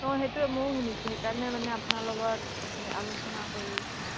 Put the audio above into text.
অঁ সেইটোৱে ময়ো শুনিছোঁ সেইকাৰণে মানে আপোনাৰ লগত আলোচনা কৰি লৈছোঁ